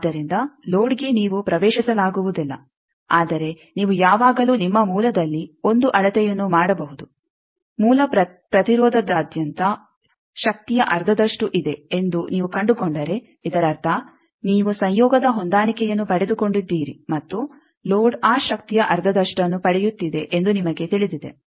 ಆದ್ದರಿಂದ ಲೋಡ್ಗೆ ನೀವು ಪ್ರವೇಶಿಸಲಾಗುವುದಿಲ್ಲ ಆದರೆ ನೀವು ಯಾವಾಗಲೂ ನಿಮ್ಮ ಮೂಲದಲ್ಲಿ ಒಂದು ಅಳತೆಯನ್ನು ಮಾಡಬಹುದು ಮೂಲ ಪ್ರತಿರೋಧದಾದ್ಯಂತ ಶಕ್ತಿಯ ಅರ್ಧದಷ್ಟು ಇದೆ ಎಂದು ನೀವು ಕಂಡುಕೊಂಡರೆ ಇದರರ್ಥ ನೀವು ಸಂಯೋಗದ ಹೊಂದಾಣಿಕೆಯನ್ನು ಪಡೆದುಕೊಂಡಿದ್ದೀರಿ ಮತ್ತು ಲೋಡ್ ಆ ಶಕ್ತಿಯ ಅರ್ಧದಷ್ಟನ್ನು ಪಡೆಯುತ್ತಿದೆ ಎಂದು ನಿಮಗೆ ತಿಳಿದಿದೆ